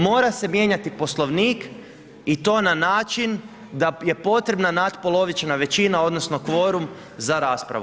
Mora se mijenjati Poslovnik i to na način da je potrebna natpolovična većina odnosno kvorum za raspravu.